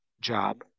job